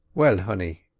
well, honey?